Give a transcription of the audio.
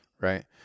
right